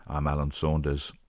i'm alan saunders.